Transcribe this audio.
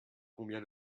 combien